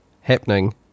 happening